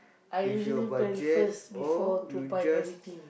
I usually plan first before to buy anything